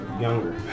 younger